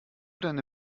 deine